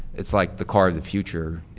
it's like the car of the future